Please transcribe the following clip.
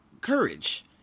courage